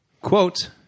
Quote